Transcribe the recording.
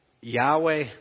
Yahweh